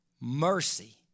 mercy